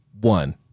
one